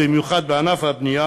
במיוחד בענף הבנייה,